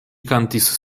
kantis